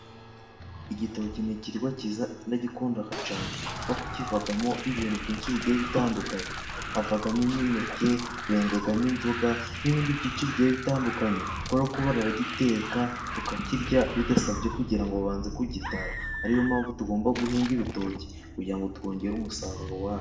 Igitoki n'ikirwambwa cyiza ndagikunda cyane, kubera ko kivamo ibintu byinshi bigiye bitandukanye havamo imineke, bengamo inzoga n'ibindi byinshi bijyiye bitandukanye, kubera ko baragiteka tukakirya bidasabye kugira ngo bamanze kugitara, ariyo mpamvu tugomba guhinga ibitoki kugira ngo twongere umusaruro wacyo.